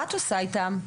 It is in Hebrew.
מה את עושה איתם?